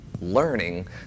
learning